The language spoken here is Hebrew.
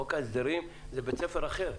חוק ההסדרים זה בית ספר אחר,